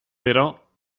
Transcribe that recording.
però